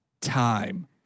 time